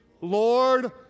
Lord